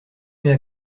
mais